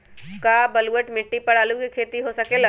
का बलूअट मिट्टी पर आलू के खेती हो सकेला?